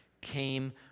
came